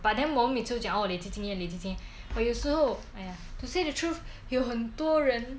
but then 我们每次都讲累积经验累积经验 !aiya! but to say the truth 有很多人